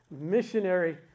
missionary